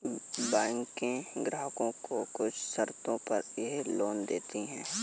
बैकें ग्राहकों को कुछ शर्तों पर यह लोन देतीं हैं